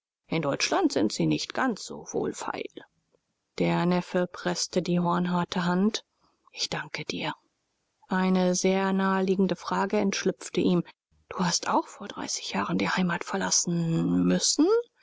in deutschland sind sie nicht ganz so wohlfeil der neffe preßte die hornharte hand ich danke dir eine sehr nahe liegende frage entschlüpfte ihm du hast auch vor dreißig jahren die heimat verlassen müssen